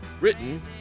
Written